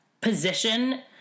position